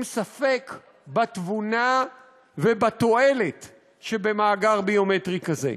ספק בתבונה ובתועלת שבמאגר ביומטרי כזה.